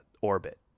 orbit